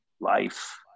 life